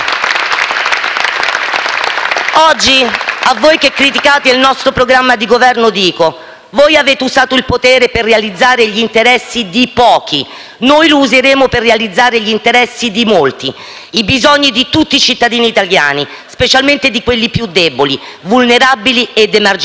Oggi a voi che criticate il nostro programma di Governo dico: voi avete usato il potere per realizzare gli interessi di pochi, noi lo useremo per realizzare gli interessi di molti, i bisogni di tutti i cittadini italiani, specialmente di quelli più deboli, vulnerabili ed emarginati.